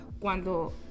Cuando